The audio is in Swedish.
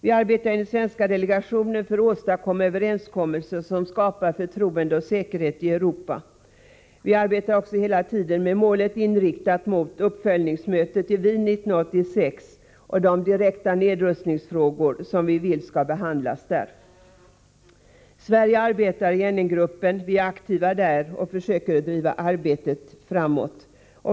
I den svenska delegationen arbetar vi för att åstadkomma överenskommelser som skapar förtroende och säkerhet i Europa. Vi arbetar Nr 32 också hela tiden med målet inriktat mot uppföljningsmötet i Wien 1986 och Onsdagen den de direkta nedrustningsfrågor som vi vill skall behandlas där. Sverige arbetar 21 november 1984 iNN-gruppen. Vi är aktiva där och försöker driva arbetet framåt.